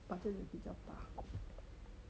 budget 的比较大